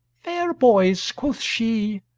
fair boys, quoth she,